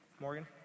Morgan